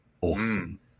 Awesome